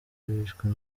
wishwe